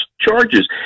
charges